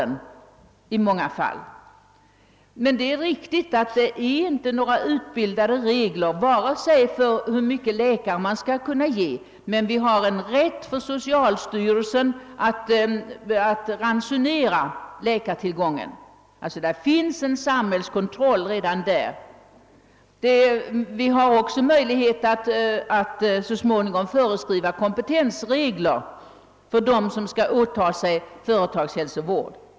Det är riktigt att det inte finns några regler för hur många läkare som där skall finnas. Socialstyrelsen har dock rätt att bestämma läkartillgången. Det förekommer alltså redan en samhällskontroll i detta avseende. Möjligheter finns också att så småningom föreskriva kompetensregler för dem som skall åta sig företagshälsovård.